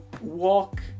walk